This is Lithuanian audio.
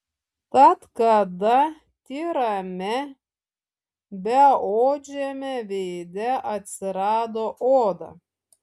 tad kada tyrame beodžiame veide atsirado oda